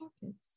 pockets